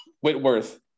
Whitworth